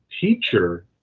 teacher